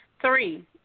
Three